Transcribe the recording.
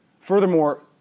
Furthermore